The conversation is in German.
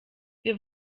wir